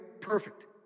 perfect